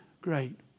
great